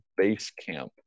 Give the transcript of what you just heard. Basecamp